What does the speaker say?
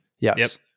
Yes